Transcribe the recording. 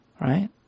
right